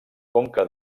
conca